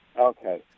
Okay